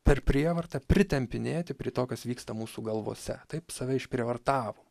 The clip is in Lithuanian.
per prievartą pritempinėti prie to kas vyksta mūsų galvose taip save išprievartavom